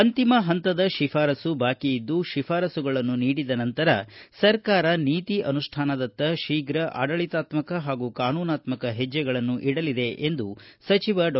ಅಂತಿಮ ಪಂತದ ಶಿಫಾರಸು ಬಾಕಿ ಇದ್ದು ಶಿಫಾರಸುಗಳನ್ನು ನೀಡಿದ ನಂತರ ಸರ್ಕಾರ ನೀತಿ ಅನುಷ್ಠಾನದತ್ತ ಶೀಘ್ರ ಆಡಳಿತಾತ್ಮಕ ಹಾಗೂ ಕಾನೂನಾತ್ಮಕ ಹೆಜ್ಜೆಗಳನ್ನು ಇಡಲಿದೆ ಎಂದು ಡಾ